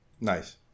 Nice